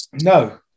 No